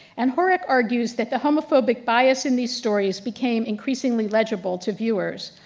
and horric argues that the homophobic bias in these stories became increasingly legible to viewers.